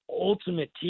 ultimate